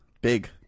Big